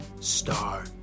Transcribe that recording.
Star